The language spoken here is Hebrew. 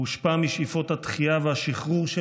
הוא הושפע משאיפות התחייה והשחרור של